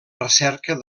recerca